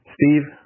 Steve